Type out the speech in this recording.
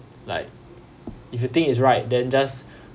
like if you think it's right then just